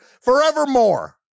forevermore